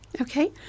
Okay